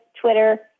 twitter